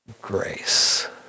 grace